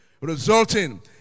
Resulting